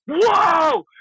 Whoa